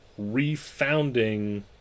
refounding